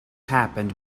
happened